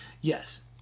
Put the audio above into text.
yes